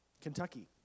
Kentucky